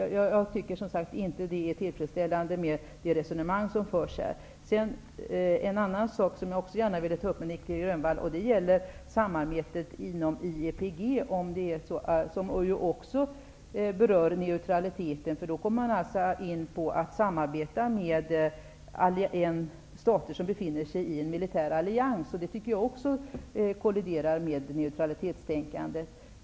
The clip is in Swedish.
Jag tycker, som sagt, att det resonemang som här förs inte är tillfredsställande. En annan sak som jag också skulle vilja ta upp med Nic Grönvall gäller samarbetet inom IEPG. I det sammanhanget berörs också neutraliteten, för då kommer man in på samarbetet med stater som tillhör en militär allians. Det tycker jag också kolliderar med neutralitetstänkandet.